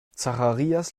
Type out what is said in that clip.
zacharias